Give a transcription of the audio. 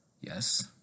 Yes